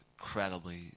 incredibly